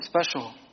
special